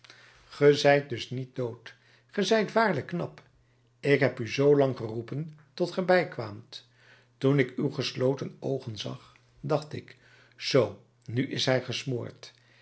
zijt dus niet dood ge zijt waarlijk knap ik heb u zoo lang geroepen tot ge bijkwaamt toen ik uw gesloten oogen zag dacht ik zoo nu is hij gesmoord